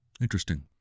Interesting